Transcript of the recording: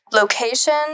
location